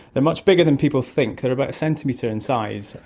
they are much bigger than people think, they are about a centimetre in size.